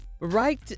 Right